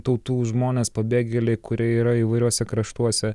tautų žmonės pabėgėliai kurie yra įvairiuose kraštuose